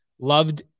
loved